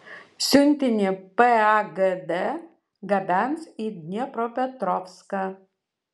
siuntinį pagd gabens į dniepropetrovską